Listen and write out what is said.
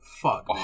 fuck